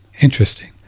Interesting